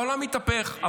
העולם התהפך.